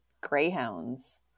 greyhounds